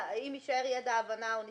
אם יישאר ידע, הבנה או ניסיון,